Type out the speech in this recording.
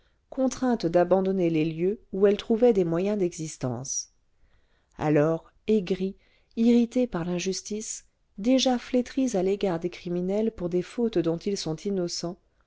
contrainte d'abandonner les lieux où elle trouvait des moyens d'existence alors aigris irrités par l'injustice déjà flétris à l'égal des criminels pour des fautes dont ils sont innocents